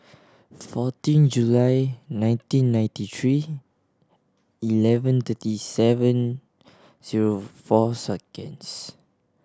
fourteen July nineteen ninety three eleven thirty seven zero four seconds